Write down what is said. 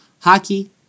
hockey